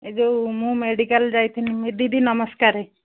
ଏଇ ଯେଉଁ ମୁଁ ମେଡ଼ିକାଲ ଯାଇଥିଲି ଦିଦି ନମସ୍କାର